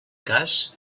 cas